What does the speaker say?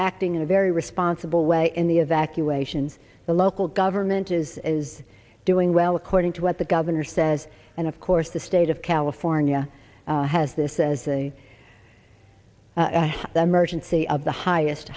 acting in a very responsible way in the evacuations the local government is is doing well according to what the governor says and of course the state of california has this as a emergency of the highest